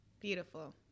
Beautiful